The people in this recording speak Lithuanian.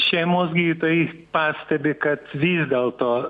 šeimos gydytojai pastebi kad vis dėl to